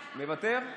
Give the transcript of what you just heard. מוותר,